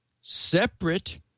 separate